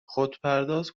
خودپرداز